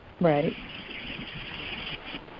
Right